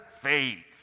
faith